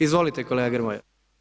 Izvolite kolega Grmoja.